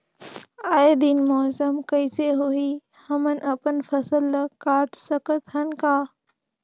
आय दिन मौसम कइसे होही, हमन अपन फसल ल काट सकत हन का?